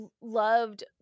loved